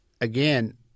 Again